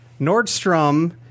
Nordstrom